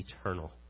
eternal